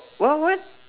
what what